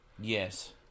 Yes